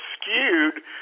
skewed